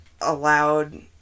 allowed